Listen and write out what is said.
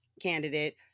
candidate